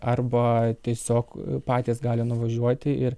arba tiesiog patys gali nuvažiuoti ir